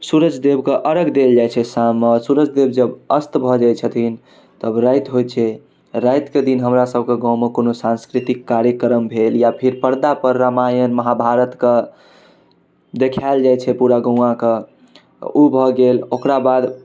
सुरुजदेवके अरघ देल जाइ छै शाममे सुरुजदेव जब अस्त भऽ जाइ छथिन तब राति होइ छै रातिके दिन हमरासभके गाममे कोनो साँस्कृतिक कार्यक्रम भेल या फेर पर्दापर रामायण महाभारतके देखाएल जाइ छै पूरा गउवाँके ओ भऽ गेल ओकराबाद